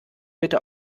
bitte